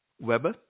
Webber